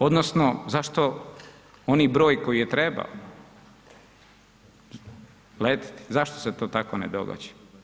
Odnosno zašto onaj broj koji je trebao letiti, zašto se to tako ne događa?